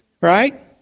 Right